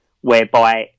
whereby